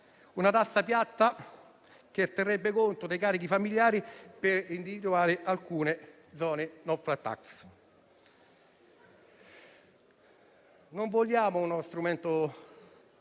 una tassa piatta che terrebbe conto dei carichi familiari per individuare alcune zone *no flat tax.* Come ha detto